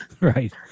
right